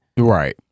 Right